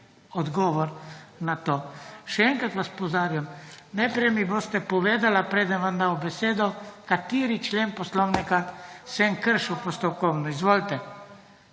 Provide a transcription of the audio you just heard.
odgovor na to. Še enkrat vas opozarjam. Najprej mi boste povedala, preden vam bom dal besedo, kateri člen Poslovnika sem kršil. Postopkovno, izvolite.